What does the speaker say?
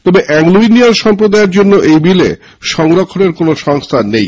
তবে Anglo Indian সম্প্রদায়ের জন্য এই বিলে সংরক্ষণের কোন সংস্থান নেই